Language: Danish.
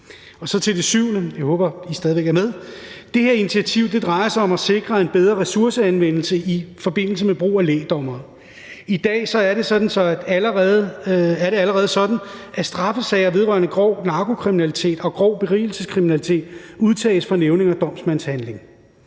Så til det syvende, og jeg håber, I stadig væk er med: Det her initiativ drejer sig om at sikre en bedre ressourceanvendelse i forbindelse med brug af lægdommere. I dag er det allerede sådan, at straffesager vedrørende grov narkokriminalitet og grov berigelseskriminalitet undtages fra nævninge- og domsmandsbehandling.